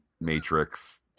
Matrix